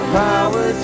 power